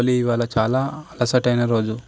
ఓలీ ఇవాళ చాలా అలసటైన రోజు